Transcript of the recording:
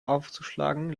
aufzuschlagen